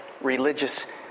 religious